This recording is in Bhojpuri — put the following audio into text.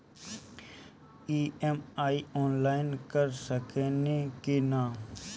ई.एम.आई आनलाइन कर सकेनी की ना?